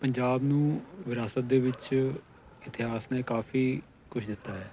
ਪੰਜਾਬ ਨੂੰ ਵਿਰਾਸਤ ਦੇ ਵਿੱਚ ਇਤਿਹਾਸ ਨੇ ਕਾਫ਼ੀ ਕੁਛ ਦਿੱਤਾ ਹੈ